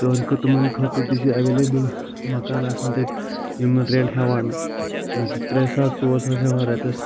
تٕہٕنٛدۍ خٲ تِمن خٲطرٕ تہِ چھِ اَویلیبٕل مکان آسان تَتہِ یِمَن رٮ۪نٛٹ ہیٚوان زٕ ترٛے ساس ژور ساس ہیٚوان رٮ۪تَس